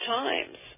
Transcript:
times